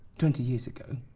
twenty years ago.